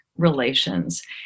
relations